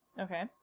Okay